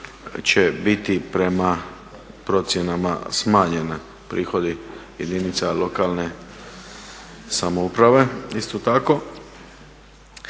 će biti prema procjenama smanjeni prihodi jedinica lokalne samouprave. I ono